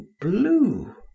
blue